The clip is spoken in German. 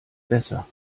besser